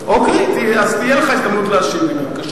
אוקיי, אז תהיה לך הזדמנות להשיב לי, בבקשה.